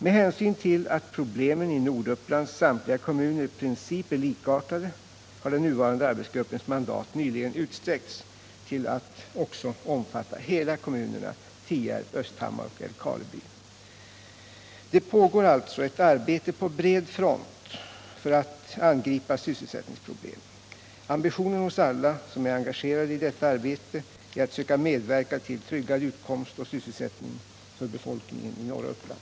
Med hänsyn till att problemen i Nordupplands samtliga kommuner i princip är likartade har den nuvarande arbetsgruppens mandat nyligen utsträckts till att också omfatta hela kommunerna Tierp, Östhammar och Älvkarleby. Det pågår alltså ett arbete på bred front för att angripa sysselsättningsproblemen. Ambitionen hos alla som är engagerade i detta arbete är att söka medverka till tryggad utkomst och sysselsättning för befolkningen i norra Uppland.